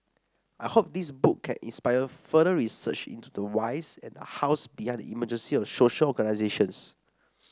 I hope this book can inspire further research into the whys and the hows behind the emergence of social organisations